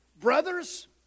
Brothers